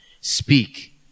Speak